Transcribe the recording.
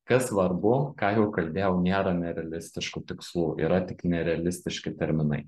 kas svarbu ką jau kalbėjau nėra nerealistiškų tikslų yra tik nerealistiški terminai